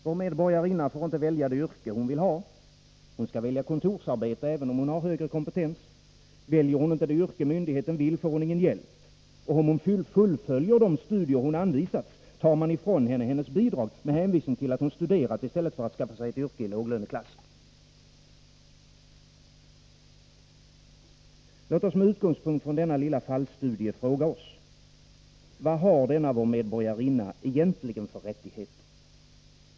Vår medborgarinna får inte välja det yrke hon vill ha. Hon skall välja kontorsarbete, även om hon har högre kompetens. Väljer hon inte det yrke myndigheten vill får hon ingen hjälp, och om hon fullföljer de studier hon anvisats, tar man ifrån henne hennes bidrag med hänvisning till att hon studerat i stället för att skaffa sig ett yrke i låglöneklassen. Låt oss med utgångspunkt i denna lilla fallstudie fråga oss: Vad har denna vår medborgarinna egentligen för rättigheter?